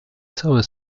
całe